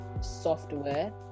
software